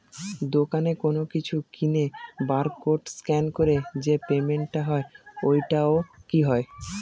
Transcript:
দোকানে কোনো কিছু কিনে বার কোড স্ক্যান করে যে পেমেন্ট টা হয় ওইটাও কি হয়?